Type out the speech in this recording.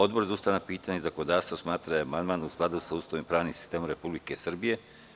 Odbor za ustavna pitanja i zakonodavstvo smatra da je amandman u skladu sa Ustavom i pravnim sistemom Republike Srbije.